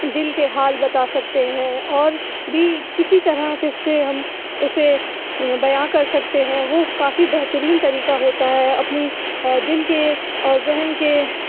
دل کے حال بتا سکتے ہیں اور بھی کسی طرح کس سے ہم اسے بیاں کر سکتے ہیں وہ کافی بہترین طریقہ ہوتا ہے اپنی دل کے اور ذہن کے